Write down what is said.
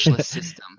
system